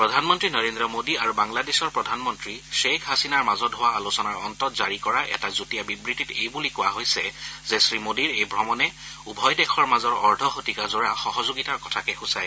প্ৰধানমন্ত্ৰী নৰেন্দ্ৰ মোদী আৰু বাংলাদেশৰ প্ৰধানমন্ত্ৰী গ্বেইখ হাছিনাৰ মাজত হোৱা আলোচনাৰ অন্তত জাৰি কৰা এটা যুটীয়া বিবৃতিত এই বুলি কোৱা হৈছে যে শ্ৰীমোদীৰ এই ভ্ৰমণে উভয় দেশৰ মাজৰ অৰ্ধশতিকাজোৰা সহযোগিতাৰ কথাকে সূচায়